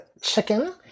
chicken